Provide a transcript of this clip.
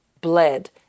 bled